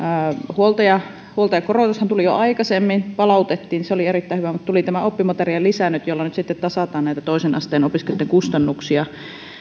huoltajakorotushan tuli jo aikaisemmin palautettiin se oli erittäin hyvä ja nyt tuli tämä oppimateriaalilisä jolla nyt sitten tasataan toisen asteen opiskelijoitten kustannuksia